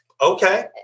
okay